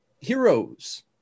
heroes